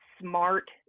smart